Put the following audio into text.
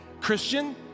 Christian